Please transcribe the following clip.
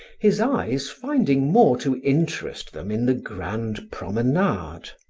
his eyes finding more to interest them in the grand promenade.